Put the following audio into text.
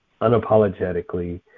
unapologetically